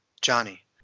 Johnny